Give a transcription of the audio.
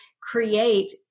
create